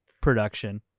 production